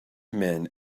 men